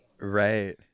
Right